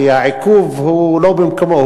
כי העיכוב הוא לא במקומו.